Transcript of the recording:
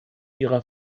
ihrer